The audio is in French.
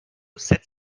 sept